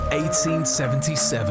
1877